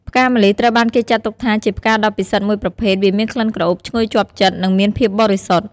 ផ្កាម្លិះត្រូវបានគេចាត់ទុកថាជាផ្កាដ៏ពិសិដ្ឋមួយប្រភេទ វាមានក្លិនក្រអូបឈ្ងុយជាប់ចិត្ត និងមានភាពបរិសុទ្ធ។